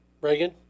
Reagan